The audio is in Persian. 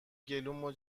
گلومو